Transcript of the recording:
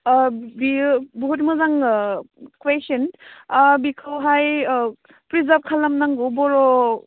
बियो बहुद मोजाङो कुइसन बिखौहाय प्रिजार्भ खालामनो नांगौ बर'